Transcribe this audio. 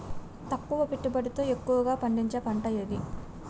తక్కువ పెట్టుబడితో ఎక్కువగా పండే పంట ఏది?